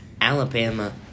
Alabama